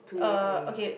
uh okay